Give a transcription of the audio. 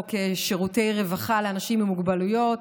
חוק שירותי רווחה לאנשים עם מוגבלויות,